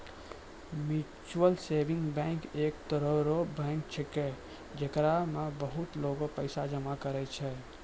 mutual saving bank एक तरह रो बैंक छैकै, जेकरा मे बहुते लोगें पैसा जमा करै छै